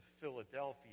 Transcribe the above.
Philadelphia